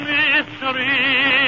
mystery